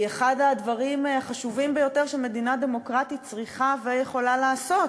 הוא אחד הדברים החשובים ביותר שמדינה דמוקרטית צריכה ויכולה לעשות.